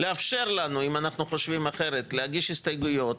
לאפשר לנו אם אנו חושבים אחרת להגיש הסתייגויות,